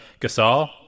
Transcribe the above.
Gasol